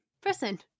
person